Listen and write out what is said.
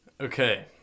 Okay